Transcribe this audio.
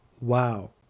wow